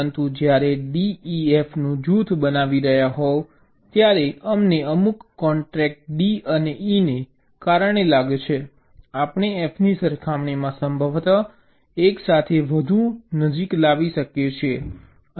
પરંતુ જ્યારે તમે D E F નું જૂથ બનાવી રહ્યા હોવ ત્યારે અમને અમુક કોન્સ્ટ્રેન્ટ D અને E ને કારણે લાગે છે કે આપણે F ની સરખામણીમાં સંભવતઃ એકસાથે વધુ નજીક લાવી શકીએ છીએ